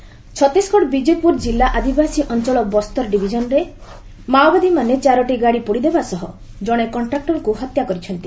Maoist kill Chhattisgarh Bijapur କିଲ୍ଲା ଆଦିବାସୀ ଅଞ୍ଚଳ ବସ୍ତର ଡିଭିଜନ୍ରେ ମାଓବାଦୀମାନେ ଚାରିଟି ଗାଡ଼ି ପୋଡ଼ିଦେବା ସହ କଣେ କଷ୍ଟ୍ରାକ୍ଟରକୁ ହତ୍ୟା କରିଛନ୍ତି